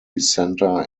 centre